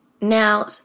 Now